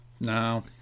No